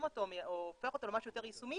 אותו או הופך אותו למשהו יותר יישומי,